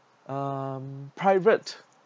um private